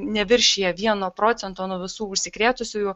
neviršija vieno procento nuo visų užsikrėtusiųjų